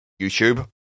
YouTube